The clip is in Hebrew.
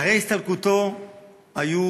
אחרי הסתלקותו היו